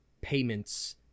payments